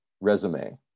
resume